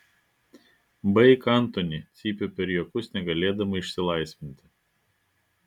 baik antoni cypiu per juokus negalėdama išsilaisvinti